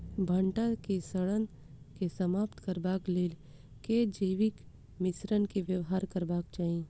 भंटा केँ सड़न केँ समाप्त करबाक लेल केँ जैविक मिश्रण केँ व्यवहार करबाक चाहि?